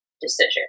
decision